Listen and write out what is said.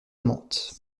amante